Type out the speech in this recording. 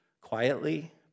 quietly